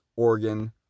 Oregon